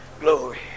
Glory